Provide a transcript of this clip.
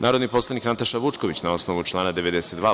Narodni poslanik Nataša Vučković, na osnovu člana 92.